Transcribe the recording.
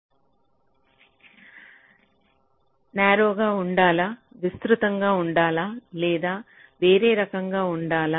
narrow గా ఉండాలా విస్తృతంగా ఉండాలా లేదా వేరే రకంగా ఉండాలా